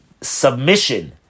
submission